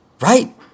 right